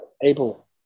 able